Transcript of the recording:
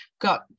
got